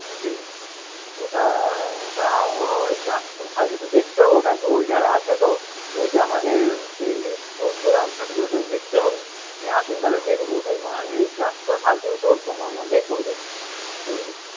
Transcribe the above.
cherry ওটা ওটা ওই চারশো সাড়ে চারশো দেখতে হবে ওটা ওধারে আছে তো ওটা আমাদের সেই গোডাউন আছে তো দেখতে হবে আপনি আসুন তাহলে দেখব ওটা এই মনে হয় এই চারশো সাড়ে তিনশো ওরকমের মধ্যেই পড়বে পড়বে